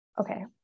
Okay